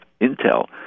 Intel